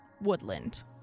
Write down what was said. Woodland